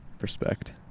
Respect